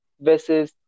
versus